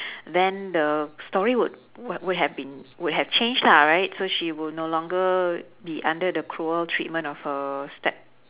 then the story would would would have been would have changed lah right so she would no longer be under the cruel treatment of her step